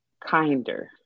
kinder